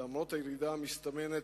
למרות הירידה המסתמנת,